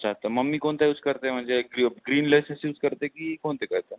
अच्छा तर मम्मी कोणता यूज करते म्हणजे ग ग्रीन लेसेस यूज करते की कोणते करतात